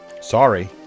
Sorry